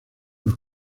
los